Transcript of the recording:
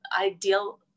ideal